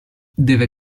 deve